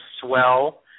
swell